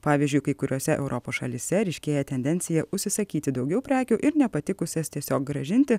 pavyzdžiui kai kuriose europos šalyse ryškėja tendencija užsisakyti daugiau prekių ir nepatikusias tiesiog grąžinti